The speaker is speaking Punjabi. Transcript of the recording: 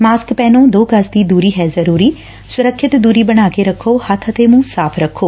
ਮਾਸਕ ਪਹਿਨੋ ਦੋ ਗਜ਼ ਦੀ ਦੁਰੀ ਹੈ ਜ਼ਰੁਰੀ ਸੁਰੱਖਿਅਤ ਦੂਰੀ ਬਣਾ ਕੇ ਰਖੋ ਹੱਬ ਅਤੇ ਮੁੰਹ ਸਾਫ਼ ਰੱਖੋ